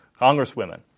congresswomen